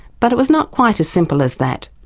but it was not quite as simple as that.